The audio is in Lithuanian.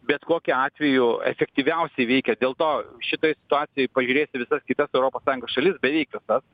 bet kokiu atveju efektyviausiai veikia dėl to šitoj situacijoj pažiūrėjus į visas kitas europos sąjungos šalis beveik visas